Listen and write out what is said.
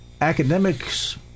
Academics